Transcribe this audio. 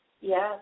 yes